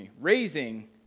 Raising